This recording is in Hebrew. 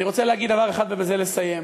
אני רוצה להגיד דבר אחד, ובזה לסיים: